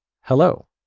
hello